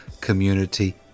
Community